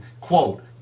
quote